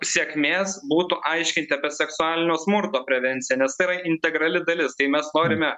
sėkmės būtų aiškinti apie seksualinio smurto prevenciją nes tai yra integrali dalis tai mes norime